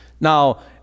Now